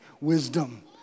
wisdom